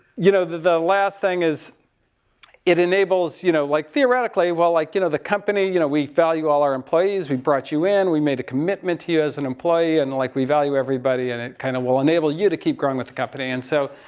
you know, the, the, the last thing is it enables, you know, like theoretically, while, like, you know, the company, you know, we value all our employees. we brought you in. we made a commitment to you as an employee. and, like, we value everybody. and it kind of will enable you to keep growing with the company. and so.